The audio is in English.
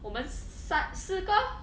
我们三四个